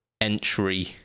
entry